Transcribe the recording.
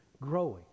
growing